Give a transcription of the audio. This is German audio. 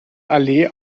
allee